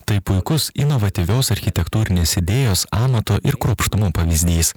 tai puikus inovatyvios architektūrinės idėjos amato ir kruopštumo pavyzdys